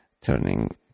turning